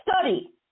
study